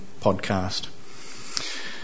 podcast